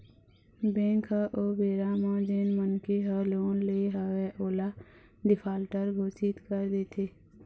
bank ह ओ बेरा म जेन मनखे ह लोन ले हवय ओला डिफाल्टर घोसित कर देथे